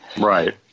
right